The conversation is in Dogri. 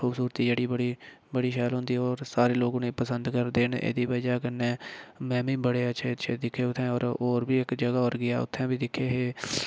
खूबसूरती जेह्ड़ी बड़ी बड़ी शैल होंदी होर सारे लोग उ'नें ई पसंद करदे न एह्दी बजह् कन्नै में बी बड़े अच्छे अच्छे दिक्खे उ'त्थें होर बी इक जगह् होर गेआ उ'त्थें बी दिक्खे हे